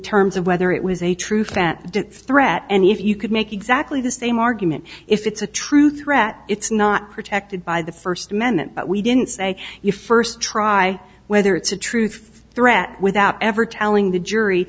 terms of whether it was a truth that did threat and if you could make exactly the same argument if it's a true threat it's not protected by the first amendment we didn't say you first try whether it's a truth threat without ever telling the jury